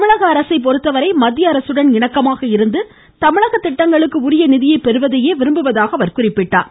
தமிழக அரசை பொறுத்தவரை மத்திய அரசுடன் இணக்கமாக இருந்து தமிழக திட்டங்களுக்கு உரிய நிதியை பெறுவதையே விரும்புவதாக குறிப்பிட்டார்